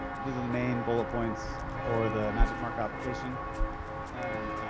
this are the main bullet points for the magicmarker application and